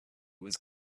was